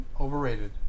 Overrated